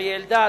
אריה אלדד,